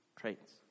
traits